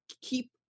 keep